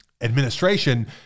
administration